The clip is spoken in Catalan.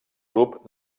grup